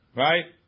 right